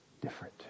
different